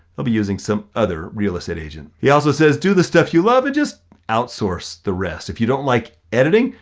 they'll be using some other real estate agent. he also says, do the stuff you love and just outsource the rest. if you don't like editing,